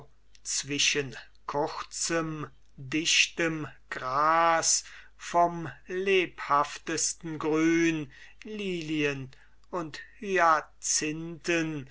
zwischen kurzem dichtem gras vom lebhaftesten grün lilien und hyacinthen